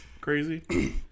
crazy